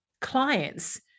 clients